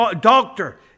doctor